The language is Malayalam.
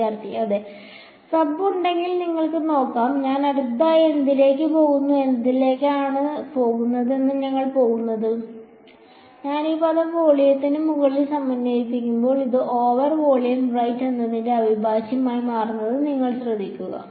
വിദ്യാർത്ഥി അതിൽ സബ് ഉണ്ടെന്ന് നിങ്ങൾക്ക് നോക്കാം ഞാൻ അടുത്തതായി എന്തിലേക്കാണ് പോകുന്നത് എന്നതിലേക്കാണ് ഞങ്ങൾ പോകുന്നത് ഞാൻ ഈ പദം വോളിയത്തിന് മുകളിൽ സമന്വയിപ്പിക്കുമ്പോൾ ഇത് ഈ ഓവർ വോളിയം റൈറ്റ് എന്നതിന്റെ അവിഭാജ്യമായി മാറുന്നത് നിങ്ങൾ ശ്രദ്ധിക്കുക